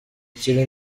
ikiri